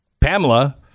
pamela